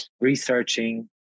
researching